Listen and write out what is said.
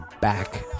back